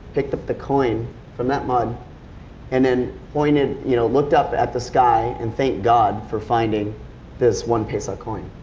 picked up the coin from that mud and then pointed, you know, looked up at the sky and thanked god for finding this one paise ah coin.